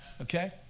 Okay